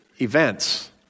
events